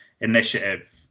initiative